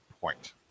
point